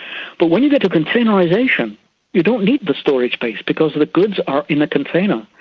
but when you get to containerisation you don't need the storage space because the goods are in a container,